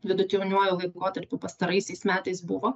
vidutiniuoju laikotarpiu pastaraisiais metais buvo